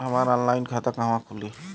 हमार ऑनलाइन खाता कहवा खुली?